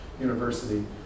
university